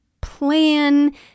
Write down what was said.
plan